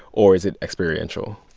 or is it experiential?